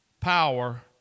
power